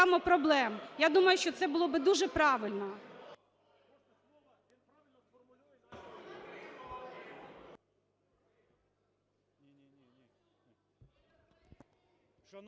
Я думаю, що це було би дуже правильно.